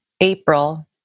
April